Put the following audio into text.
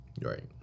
Right